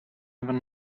even